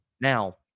Now